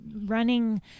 running